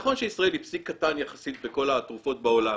נכון שישראל היא פסיק קטן יחסית בכל התרופות בעולם,